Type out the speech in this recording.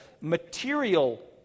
material